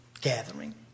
gathering